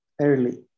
early